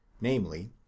namely